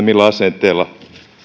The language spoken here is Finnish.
millä asenteella